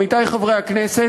עמיתי חברי הכנסת,